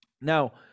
now